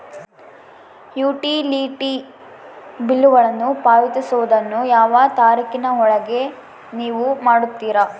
Utility ಬಿಲ್ಲುಗಳನ್ನು ಪಾವತಿಸುವದನ್ನು ಯಾವ ತಾರೇಖಿನ ಒಳಗೆ ನೇವು ಮಾಡುತ್ತೇರಾ?